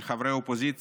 של חברי האופוזיציה,